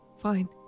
Fine